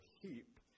heap